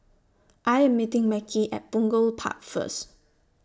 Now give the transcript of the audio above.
I Am meeting Mekhi At Punggol Park First